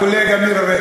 הקולגה מירי רגב.